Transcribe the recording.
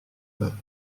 peur